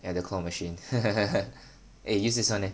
ya the claw machine eh use this one eh